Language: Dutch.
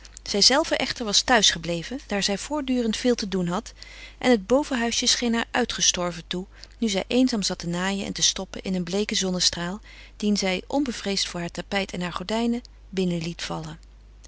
zijzelve echter was thuis gebleven daar zij voortdurend veel te doen had en het bovenhuisje scheen haar uitgestorven toe nu zij eenzaam zat te naaien en te stoppen in een bleeken zonnestraal dien zij onbevreesd voor haar tapijt en haar gordijnen binnen liet vallen